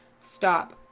stop